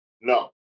no